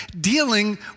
dealing